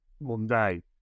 Monday